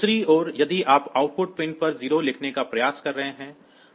दूसरी ओर यदि आप आउटपुट पिन पर 0 लिखने का प्रयास कर रहे हैं